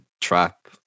Trap